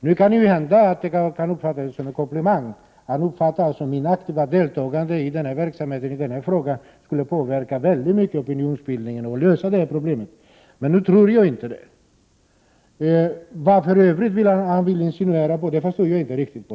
Nu kan det ju hända att det skall uppfattas som en komplimang — han anser att mitt aktiva deltagande i denna verksamhet skulle påverka opinionsbildningen väldigt mycket och därmed lösa problemet — men jag tror inte det. Vad han i övrigt vill insinuera förstår jag inte riktigt.